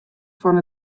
fan